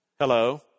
Hello